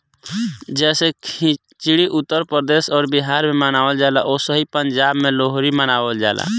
जैसे खिचड़ी उत्तर प्रदेश अउर बिहार मे मनावल जाला ओसही पंजाब मे लोहरी मनावल जाला